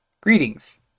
Greetings